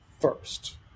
first